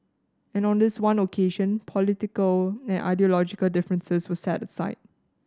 and on this one occasion political and ideological differences were set aside